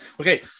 Okay